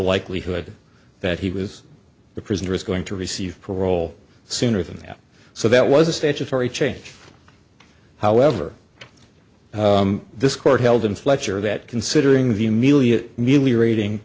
likelihood that he was the prisoner is going to receive parole sooner than that so that was a statutory change however this court held in fletcher that considering the amelia neely rating